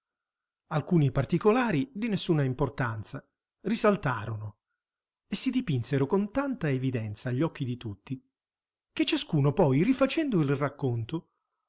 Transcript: alcuni particolari di nessuna importanza risaltarono e si dipinsero con tanta evidenza agli occhi di tutti che ciascuno poi rifacendo il racconto